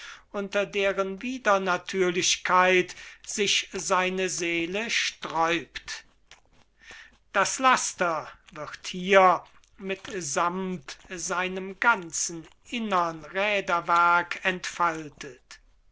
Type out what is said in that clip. unter deren widernatürlichkeit sich seine seele sträubt das laster wird hier mit samt seinem ganzen innern räderwerk entfaltet